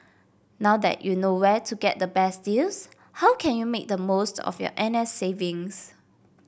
now that you know where to get the best deals how can you make the most of your N S savings